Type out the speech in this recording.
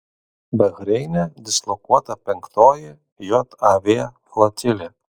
bahreine dislokuota penktoji jav flotilė